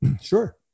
Sure